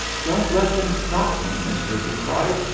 don't let them stop me, mister, he cried,